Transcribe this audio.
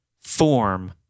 form